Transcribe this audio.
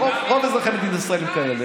ורוב אזרחי מדינת ישראל הם כאלה,